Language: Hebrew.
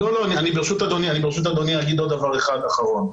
ברשות אדוני אגיד עוד דבר אחד אחרון,